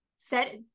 set